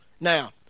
Now